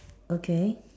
okay